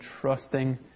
trusting